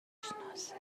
بشناسه